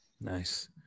Nice